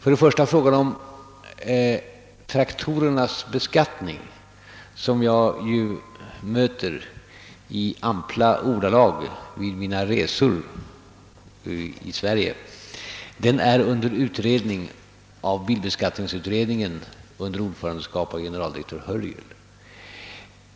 Problemet med traktorernas beskattning skildras för mig i ampra ordalag under mina resor i Sverige. Det är under utredning inom bilbeskattningsutredningen under ordförandeskap av =: generaldirektör Hörjel.